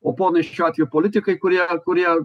o ponai šiuo atveju politikai kurie kurie